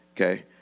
Okay